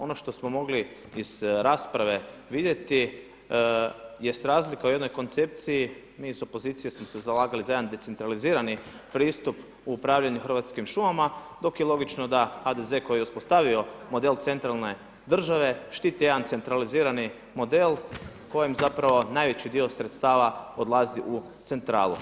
Ono što smo mogli iz rasprave vidjeti jest razlika o jednoj koncepciji, mi iz opozicije smo se zalagali za jedan decentralizirani pristup u upravljanju o hrvatskim šumama dok je logično da HDZ koji je uspostavio model centralne države, štiti jedan centralizirani model kojim zapravo najveći dio sredstava odlazi u centralu.